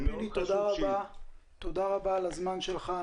תודה רבה על הזמן שלך.